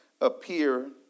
appear